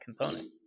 component